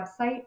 website